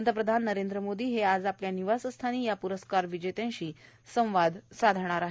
पंतप्रधान नरेंद्र मोदी हे आज आपल्या निवासस्थानी या प्रस्कार विजेत्यांशी संवाद साधणार आहेत